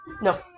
No